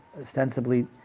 ostensibly